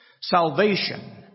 Salvation